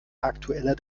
aktueller